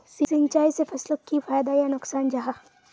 सिंचाई से फसलोक की फायदा या नुकसान जाहा?